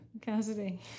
Cassidy